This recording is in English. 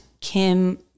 Kim